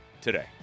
today